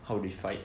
how they fight